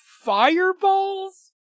fireballs